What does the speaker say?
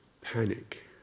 Panic